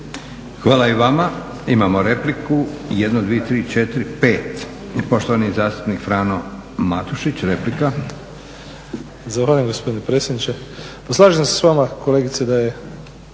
Hvala i vama. Imamo repliku. 1, 2, 3, 4., 5. Poštovani zastupnik Frano Matušić, replika. **Matušić, Frano (HDZ)** Zahvaljujem gospodine predsjedniče. Pa slažem se s vama kolegice da bi